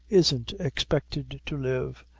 isn't expected to live,